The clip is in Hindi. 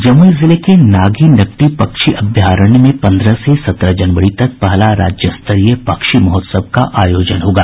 जमुई जिले के नागी नकटी पक्षी अभ्यारण्य में पंद्रह से सत्रह जनवरी तक पहला राज्य स्तरीय पक्षी महोत्सव का आयोजन होगा